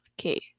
Okay